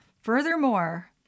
furthermore